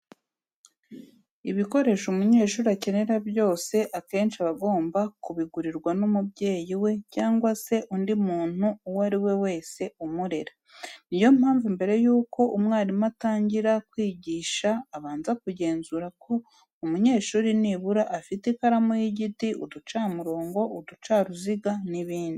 Ibikoresho umunyeshuri akenera byose akenshi aba agomba kubigurirwa n'umubyeyi we cyangwa se undi muntu uwo ari we wese umurera. Ni yo mpamvu mbere yuko mwarimu atangira kwigisha abanza akagenzura ko umunyeshuri nibura afite ikaramu y'igiti, uducamurongo, uducaruziga n'ibindi.